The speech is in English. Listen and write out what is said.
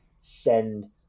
send